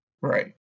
Right